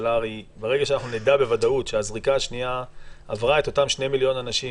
ברגע שנדע בוודאות שהזריקה השנייה עברה את אותם שני מיליון אנשים